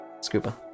Scuba